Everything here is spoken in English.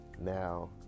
Now